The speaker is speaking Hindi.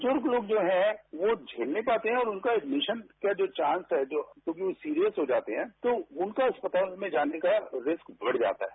ब्रज़र्ग लोग जो हैं वो झेल नहीं पाते हैं और उनका मिशन का चांस है जो वो सीरियस हो जाते हैं उनका अस्पताल में जाने का रिस्क बढ़ जाता है